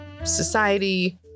Society